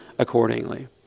accordingly